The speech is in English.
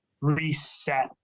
reset